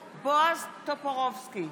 טופורובסקי,